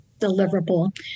deliverable